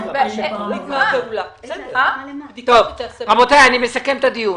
אני מסכם את הדיון.